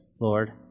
Lord